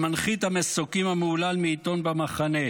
מדובר במנחית המסוקים המהולל מעיתון "במחנה",